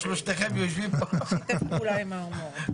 3. הצעת חוק האזרחות והכניסה לישראל (הוראת שעה),